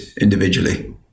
individually